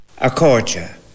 Accordia